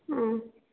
ம்